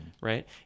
right